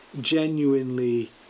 genuinely